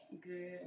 Good